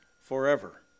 forever